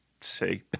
say